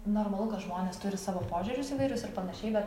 normalu kad žmonės turi savo požiūrius įvairius ar panašiai bet